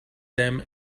them